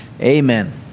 amen